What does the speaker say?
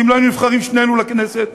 אילו לא היינו נבחרים שנינו לכנסת.